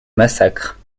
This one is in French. massacre